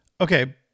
Okay